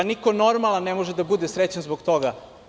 Niko normalan ne može da bude srećan zbog toga.